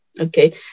Okay